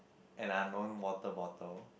an unknown water bottle